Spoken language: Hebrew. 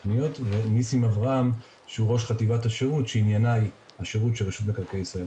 וניסים אברהם ראש חטיבת השירות שעניינה השירות של מינהל מקרקעי ישראל.